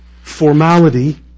formality